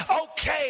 okay